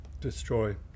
destroy